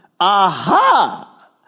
Aha